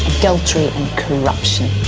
adultery and corruption,